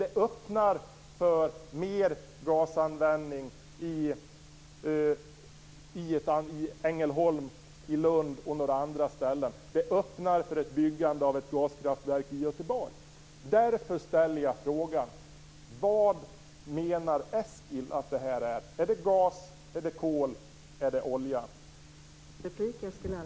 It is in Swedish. Det öppnar för mer gasanvändning i Ängelholm, i Lund och några andra ställen. Det öppnar för byggandet av ett gaskraftverk i Göteborg. Därför ställer jag frågan: Vad menar Eskil ingår i den miljömässigt acceptabla elproduktionstekniken? Är det gas? Är det kol? Är det olja?